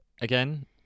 Again